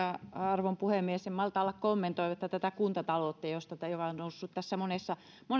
arvon puhemies en malta olla kommentoimatta tätä kuntataloutta joka on noussut tässä monessa kohtaa